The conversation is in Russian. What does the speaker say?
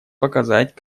показать